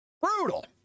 Brutal